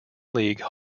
league